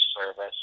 service